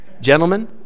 gentlemen